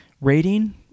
Rating